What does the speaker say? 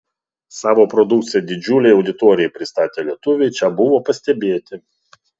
savo produkciją didžiulei auditorijai pristatę lietuviai čia buvo pastebėti